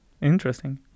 Interesting